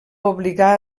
obligar